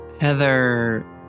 Heather